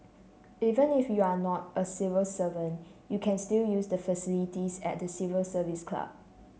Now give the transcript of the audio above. even if you are not a civil servant you can still use the facilities at the Civil Service Club